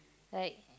like